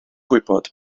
gwybod